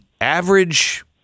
average